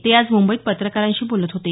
ते आज मुंबईत पत्रकारांशी बोलत होते